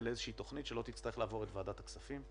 לתכנית שלא תצטרך לעבור את ועדת הכספים.